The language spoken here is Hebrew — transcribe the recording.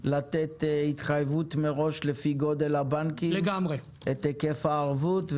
לתת התחייבות מראש לפי גודל הבנקים את היקף הערבות,